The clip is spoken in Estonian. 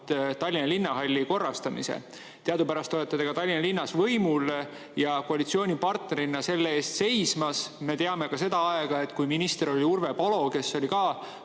Tallinna Linnahalli korrastamise. Teadupärast olete te ka Tallinna linnas võimul ja koalitsioonipartnerina selle eest seismas.Me teame seda aega, kui minister Urve Palo, kes oli